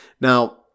Now